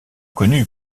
connu